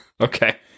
Okay